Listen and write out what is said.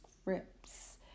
scripts